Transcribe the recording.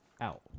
out